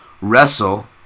wrestle